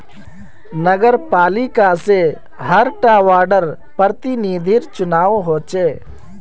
नगरपालिका से हर टा वार्डर प्रतिनिधिर चुनाव होचे